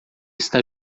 está